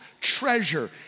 treasure